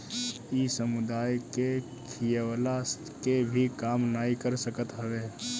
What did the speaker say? इ समुदाय के खियवला के भी काम नाइ कर सकत हवे